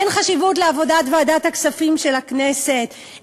אין חשיבות לעבודת ועדת הכספים של הכנסת,